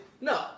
No